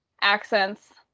accents